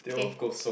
okay